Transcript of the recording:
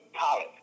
college